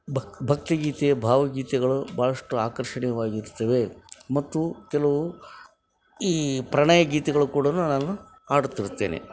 ಭಕ್ ಭಕ್ತಿಗೀತೆ ಭಾವಗೀತೆಗಳು ಭಾಳಷ್ಟು ಆಕರ್ಷಣೀಯವಾಗಿರ್ತವೆ ಮತ್ತು ಕೆಲವು ಈ ಪ್ರಣಯಗೀತೆಗಳು ಕೂಡ ನಾನು ಹಾಡುತ್ತಿರುತ್ತೇನೆ